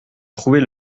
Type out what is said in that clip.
trouvez